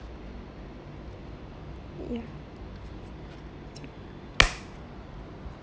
ya